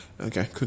Okay